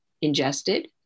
ingested